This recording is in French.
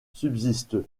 subsiste